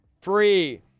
free